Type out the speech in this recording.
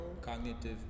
cognitive